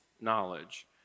knowledge